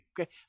Okay